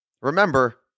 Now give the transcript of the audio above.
Remember